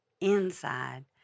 inside